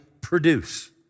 produce